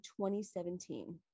2017